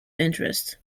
interest